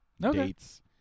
Dates